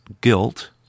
guilt